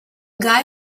guy